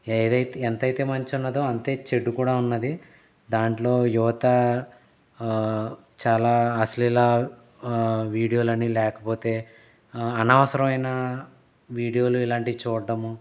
ఏదైతే ఎంతయితే మంచి ఉన్నదో అంతే చెడు కూడా ఉన్నది దాంట్లో యువత చాలా అస్లీలా వీడియో లని లేకపోతే అనవసరమైన వీడియోలు ఇలాంటివి చూడ్డము